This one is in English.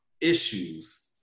issues